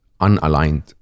unaligned